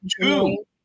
two